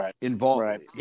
involved